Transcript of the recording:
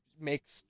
makes